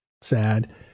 sad